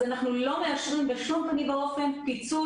אז אנחנו לא מאשרים בשום פנים ואופן פיצול